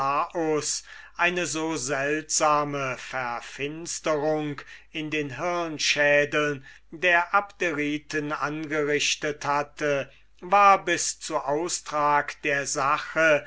eine so seltsame verfinsterung in den hirnschädeln der abderiten angerichtet hatte war bis zu austrag der sache